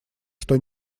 что